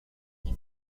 will